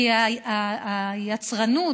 כי היצרנות,